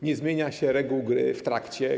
Nie zmienia się reguł gry w jej trakcie.